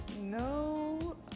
no